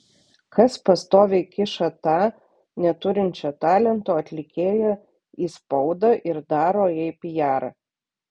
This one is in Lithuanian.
kas pastoviai kiša tą neturinčią talento atlikėją į spaudą ir daro jai pijarą